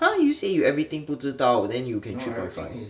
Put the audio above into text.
!huh! you say you everything 不知道 then you get three point five